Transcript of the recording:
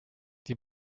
die